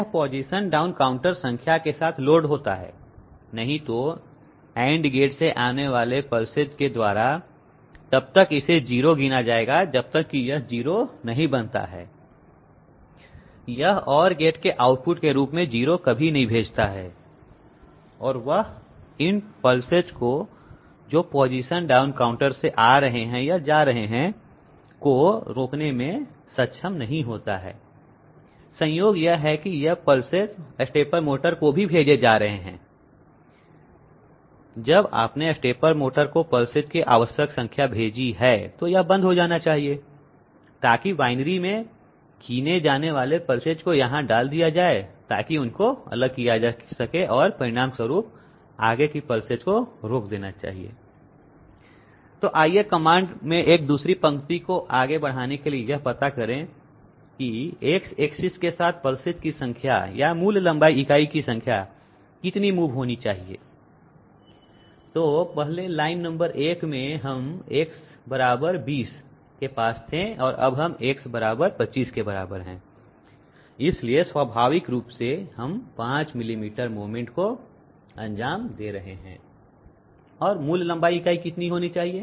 यह position down counter संख्या के साथ लोड होता है नहीं तो AND गेट से आने वाले पल्सेस के द्वारा तब तक इसे 0 गिना जाएगा जब तक कि यह 0 नहीं बनता है यह OR gate के आउटपुट के रूप में 0 कभी नहीं भेजता है और वह इन पल्सेस को जो पोजीशन डाउन काउंटर से आ रहे हैं या जा रहे हैं को रोकने में सक्षम नहीं होता है संयोग यह है कि यह पल्सेस स्टेपर मोटर को भी भेजे जा रहे हैं जब आपने स्टेपर मोटर को पल्सेस की आवश्यक संख्या भेजी है तो यह बंद हो जाना चाहिए ताकि वायनरी में गिने जाने वाले पल्सेस को यहां डाल दिया जाए ताकि उनको अलग किया जा सके और परिणाम स्वरूप आगे की पल्सेस को रोक देना चाहिए तो आइए कमांड में एक दूसरी पंक्ति को आगे बढ़ाने के लिए यह पता करें कि X एक्सिस के साथ पल्सेस की संख्या या मूल लंबाई इकाई की संख्या कितनी मूव होनी चाहिए तो पहले लाइन नंबर 1 में हम X 20 के पास थे और अब हम X25 के बराबर हैं इसलिए स्वाभाविक रूप से हम 5 मिलीमीटर मूवमेंट को अंजाम दे रहे हैं और मूल लंबाई कितनी होना चाहिए